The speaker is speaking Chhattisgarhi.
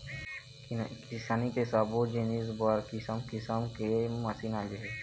किसानी के सब्बो जिनिस बर किसम किसम के मसीन आगे हे